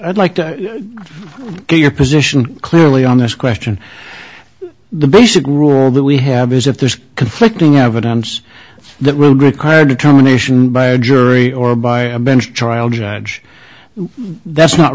nd like to get your position clearly on this question the basic rule that we have is if there's conflicting evidence that will require determination by a jury or by a bench trial judge that's not